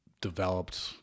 developed